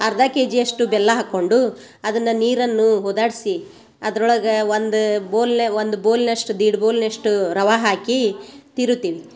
ಅರ್ಧ ಕೆಜಿಯಷ್ಟು ಬೆಲ್ಲ ಹಾಕ್ಕೊಂಡು ಅದನ್ನ ನೀರನ್ನು ಹೊದಾಡ್ಸಿ ಅದ್ರೊಳಗೆ ಒಂದು ಬೋಲ್ಲೆ ಒಂದು ಬೋಲ್ನಷ್ಟು ದೀಡ್ ಬೋಲ್ನ್ಯಷ್ಟು ರವ ಹಾಕಿ ತಿರುವ್ತೀವಿ